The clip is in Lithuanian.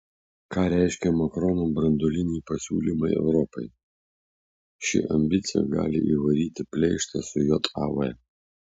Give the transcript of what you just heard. ką reiškia makrono branduoliniai pasiūlymai europai ši ambicija gali įvaryti pleištą su jav